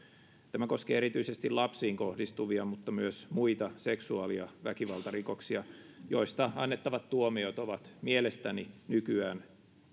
tämä koskee erityisesti lapsiin kohdistuvia mutta myös muita seksuaali ja väkivaltarikoksia joista annettavat tuomiot ovat mielestäni nykyään